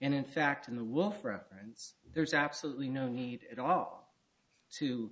and in fact in the wolf reference there's absolutely no need at all to